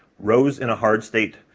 rose in a hard state,